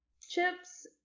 chips